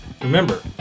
Remember